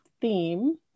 theme